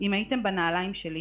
אם הייתם בנעליים שלי,